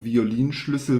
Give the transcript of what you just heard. violinschlüssel